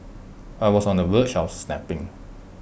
I was on the verge of snapping